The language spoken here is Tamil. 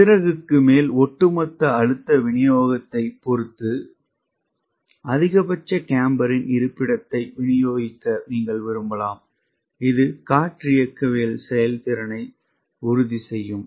சிறகுக்கு மேல் ஒட்டுமொத்த அழுத்த விநியோகத்தைப் பொறுத்து அதிகபட்ச கேம்பரின் இருப்பிடத்தை விநியோகிக்க நீங்கள் விரும்பலாம் இது காற்றியக்கவியல் செயல்திறனை உறுதி செய்யும்